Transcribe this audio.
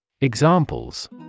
Examples